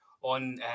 On